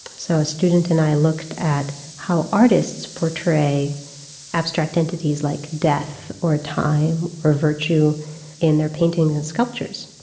so a student and i looked at how artists portray abstract entities like death, or time, or virtue in their paintings and sculptures.